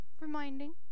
reminding